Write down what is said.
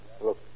Look